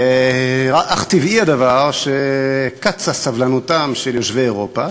אך טבעי הדבר שקצה סבלנותם של יושבי אירופה,